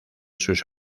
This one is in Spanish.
sus